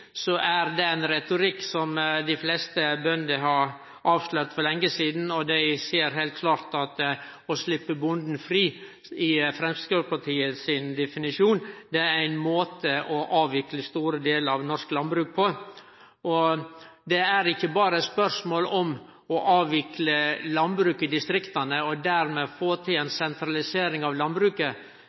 er det ein retorikk som dei fleste bønder har avslørt for lenge sidan. Dei ser heilt klart at å sleppe bonden fri i Framstegspartiets definisjon, er ein måte å avvikle store delar av norsk landbruk på. Det er ikkje berre spørsmål om å avvikle landbruk i distrikta og dermed få til ei sentralisering av landbruket,